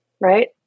right